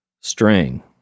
String